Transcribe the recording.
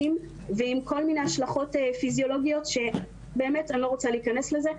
מיני השלכות פיזיולוגיות שאני לא רוצה להיכנס לזה.